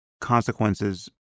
consequences